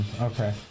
Okay